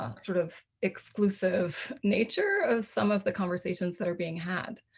um sort of exclusive nature of some of the conversations that are being had.